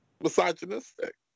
misogynistic